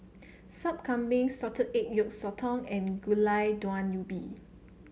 Sup Kambing Salted Egg Yolk Sotong and Gulai Daun Ubi